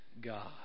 God